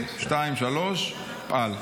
שתיים, שלוש, פעל.